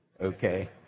Okay